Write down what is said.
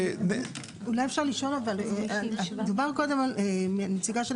אולי אפשר לשאול אבל, דובר קודם מהנציגה של